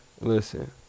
Listen